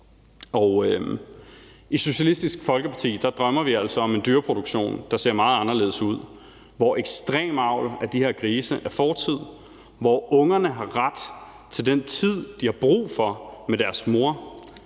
I Socialistisk Folkeparti drømmer vi altså om en dyreproduktion, der ser meget anderledes ud, og hvor ekstrem avl af de her grise er fortid, hvor ungerne har ret til den tid, de har brug for, med deres mor,